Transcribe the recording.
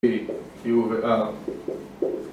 פי, קיו ואר